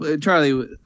Charlie